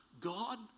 God